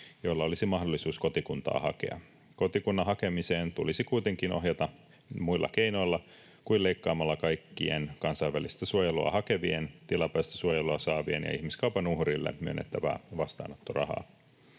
joilla olisi mahdollisuus kotikuntaa hakea. Kotikunnan hakemiseen tulisi kuitenkin ohjata muilla keinoilla kuin leikkaamalla kaikkien kansainvälistä suojelua hakevien, tilapäistä suojelua saavien ja ihmiskaupan uhreille myönnettävää vastaanottorahaa.